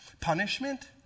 Punishment